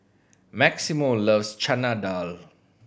Maximo loves Chana Dal